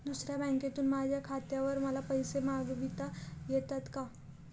दुसऱ्या बँकेतून माझ्या खात्यावर मला पैसे मागविता येतात का?